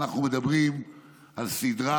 אנחנו מדברים על סדרה,